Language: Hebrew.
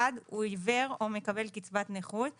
הוא עיוור או מקבל קצבת נכות;